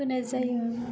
होनाय जायो